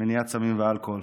למניעת התמכרות לסמים ואלכוהול,